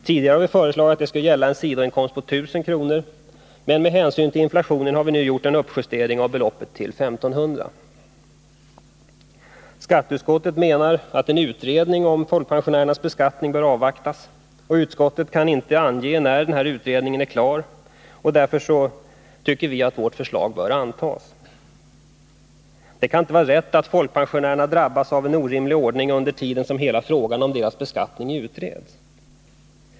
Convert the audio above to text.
Tidigare har vi föreslagit att detta skall gälla en sidoinkomst på 1 000 kr., men med hänsyn till inflationen har vi nu gjort en uppjustering av beloppet till 1500 kr. Skatteutskottet menar att en utredning om folkpensionärernas beskattning bör avvaktas. Utskottet kan dock inte ange när denna utredning är klar, och därför tycker vi att vårt förslag bör antas. Det kan inte vara rätt att folkpensionärerna drabbas av en orimlig ordning samtidigt som hela frågan om deras beskattning utreds.